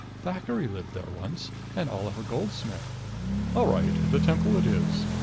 thackeray lived there once and oliver goldsmith all right the temple it is.